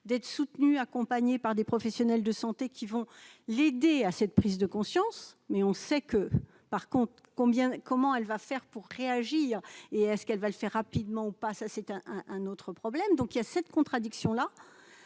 d'être soutenus, accompagnés par des professionnels de santé qui vont l'aider à cette prise de conscience, mais on sait que par compte combien, comment elle va faire pour réagir et à ce qu'elle va le faire rapidement ou pas, ça c'est un un autre problème, donc il y a cette contradiction-là